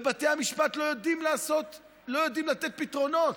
בתי המשפט לא יודעים לתת פתרונות,